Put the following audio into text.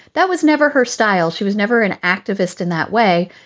that was never her style. she was never an activist in that way.